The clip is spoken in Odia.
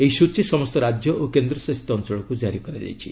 ଏହି ସୂଚୀ ସମସ୍ତ ରାଜ୍ୟ ଓ କେନ୍ଦ୍ରଶାସିତ ଅଞ୍ଚଳକୁ ଜାରି କରାଯାଇଛି